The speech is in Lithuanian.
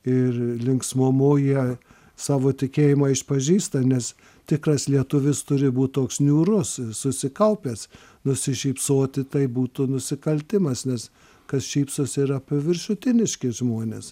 ir linksmumu jie savo tikėjimą išpažįsta nes tikras lietuvis turi būt toks niūrus susikaupęs nusišypsoti tai būtų nusikaltimas nes kas šypsosi yra paviršutiniški žmonės